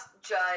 Judge